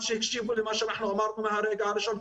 שהקשיבו למה שאנחנו אמרנו מהרגע הראשון,